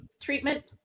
treatment